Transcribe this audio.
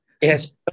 Yes